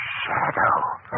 shadow